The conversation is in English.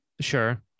Sure